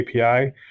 API